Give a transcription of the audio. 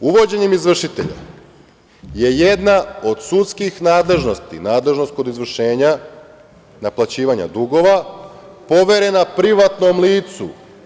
Uvođenjem izvršitelja je jedna od sudskih nadležnosti i nadležnost kod izvršenja naplaćivanja dugova poverena privatnom licu.